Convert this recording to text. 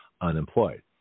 unemployed